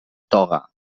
toga